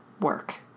work